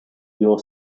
your